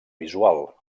visual